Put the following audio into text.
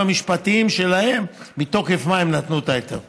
המשפטיים שלה מתוקף מה הם נתנו את ההיתר.